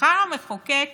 בחר המחוקק